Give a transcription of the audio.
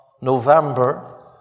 November